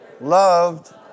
loved